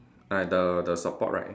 I the the support right